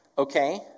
Okay